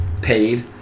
Paid